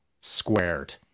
squared